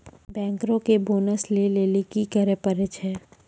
बैंकरो के बोनस लै लेली कि करै पड़ै छै?